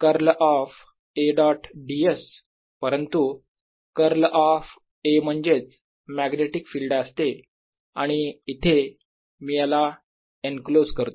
curl of A dot ds परंतु curl of A म्हणजेच magnetic field असते आणि इथे मी याला एनक्लोज करतो